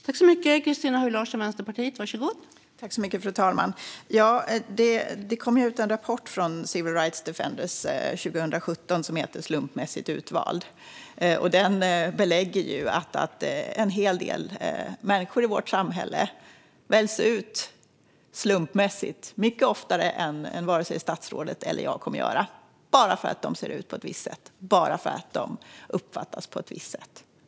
Fru talman! Det kom 2017 en rapport från Civil Rights Defenders, som heter Slumpvis utvald . Den belägger att en hel del människor i vårt samhälle väljs ut slumpmässigt, mycket oftare än statsrådet eller jag, bara för att de ser ut på ett visst sätt eller uppfattas på ett visst sätt.